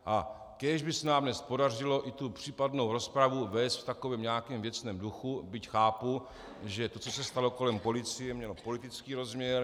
A kéž by se nám dnes podařilo i případnou rozpravu vést v takovém nějakém věcném duchu, byť chápu, že to, co se stalo kolem policie, mělo politický rozměr.